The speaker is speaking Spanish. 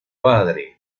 padre